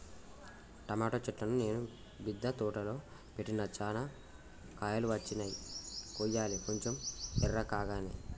tomato చెట్లును నేను మిద్ద తోటలో పెట్టిన చానా కాయలు వచ్చినై కొయ్యలే కొంచెం ఎర్రకాగానే